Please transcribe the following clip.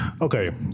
Okay